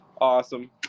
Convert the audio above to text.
awesome